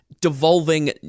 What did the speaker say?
devolving